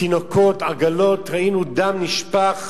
תינוקות, עגלות, ראינו דם נשפך